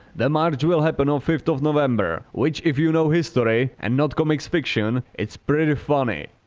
the march will happen on fifth of november, which if you know history and not comics fiction, it's pretty funny,